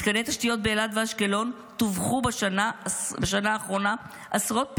מתקני תשתיות באילת ואשקלון טווחו בשנה האחרונה עשרות פעמים.